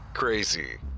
Crazy